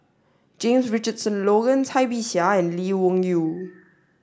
James Richardson Logan Cai Bixia and Lee Wung Yew